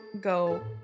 go